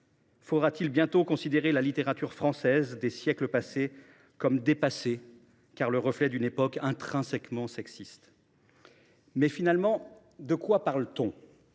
faudra t il bientôt considérer la littérature française des siècles passés comme dépassée, car reflet d’une époque intrinsèquement sexiste ? Finalement, de quoi parle t on ?